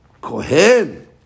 kohen